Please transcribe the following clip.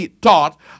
taught